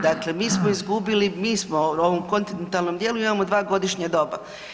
Dakle mi smo izgubili, mi smo u ovom kontinentalnom dijelu imamo 2 godišnja doba.